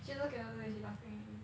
she also cannot do then she laughing at you